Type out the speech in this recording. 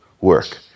work